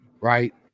right